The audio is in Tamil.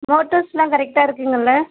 மோட்டர்ஸ்லாம் கரெக்டாக இருக்குங்கல்ல